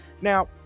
Now